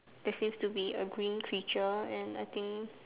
there seems to be a green creature and I think